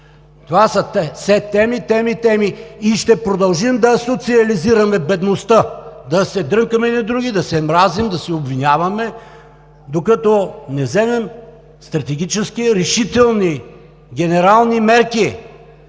Това са все теми, теми, теми и ще продължим да социализираме бедността, да се дрънкаме едни други, да се мразим, да се обвиняваме, докато не вземем стратегически, решителни, генерални мерки